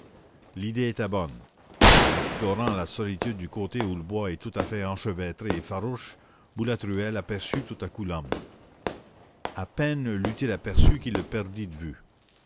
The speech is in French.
l'idée était bonne en explorant la solitude du côté où le bois est tout à fait enchevêtré et farouche boulatruelle aperçut tout à coup l'homme à peine l'eut-il aperçu qu'il le perdit de vue